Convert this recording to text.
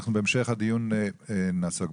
אנחנו בהמשך הדיון נעסוק בזה.